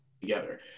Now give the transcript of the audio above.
together